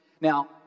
Now